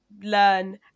learn